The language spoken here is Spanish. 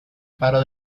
paro